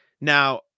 Now